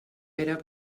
pere